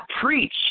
preach